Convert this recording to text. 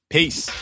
Peace